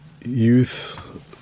youth